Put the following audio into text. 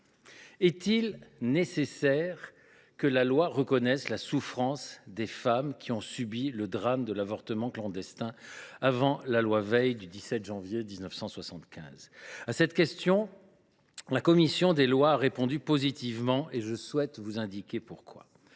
est il nécessaire que la loi reconnaisse la souffrance des femmes qui ont subi le drame de l’avortement clandestin avant la loi Veil du 17 janvier 1975 ? À cette question, la commission des lois a répondu positivement, et je souhaite vous expliquer pourquoi.